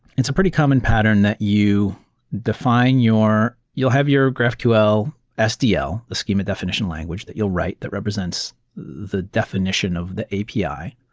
it's a pretty common pattern that you define your you'll have your graphql sdl, a schema definition language that you'll write that represents the definition of the api.